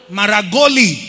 Maragoli